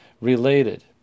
related